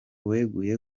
weguye